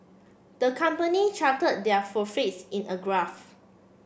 the company charted their profits in a graph